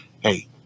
Hey